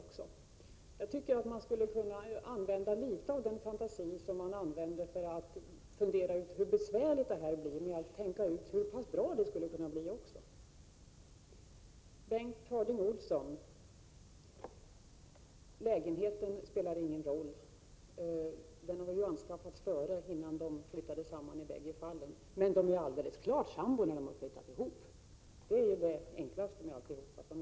Litet av den fantasi som man använder till att tänka ut hur besvärligt det här skall bli tycker jag att man skulle kunna använda till att tänka ut hur bra det också skulle kunna bli. Bengt Harding Olson! Lägenheten spelar ingen roll — den har ju i bägge fallen anskaffats innan personerna i fråga flyttade samman. Men de är alldeles klart sambor när de har flyttat ihop — det är det enklaste med alltihop.